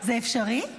זה אפשרי?